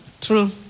True